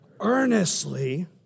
earnestly